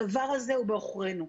הדבר הזה הוא בעוכרנו.